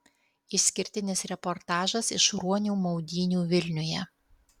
išskirtinis reportažas iš ruonių maudynių vilniuje